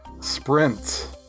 Sprint